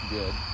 good